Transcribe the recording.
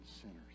sinners